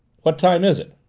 what time is it?